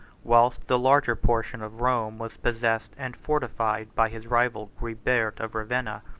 whilst the larger portion of rome was possessed and fortified by his rival guibert of ravenna,